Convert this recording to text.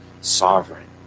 sovereign